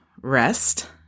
rest